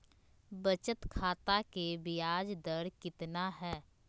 बचत खाता के बियाज दर कितना है?